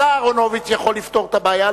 השר אהרונוביץ יכול לפתור את הבעיה,